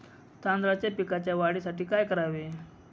तांदळाच्या पिकाच्या वाढीसाठी काय करावे?